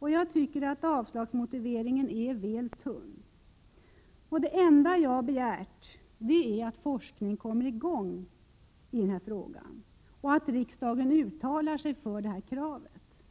Jag tycker att avslagsmotiveringen är väl tunn. Det enda jag begärt är att forskning kommer i gång och att riksdagen uttalar sig för det kravet.